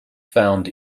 found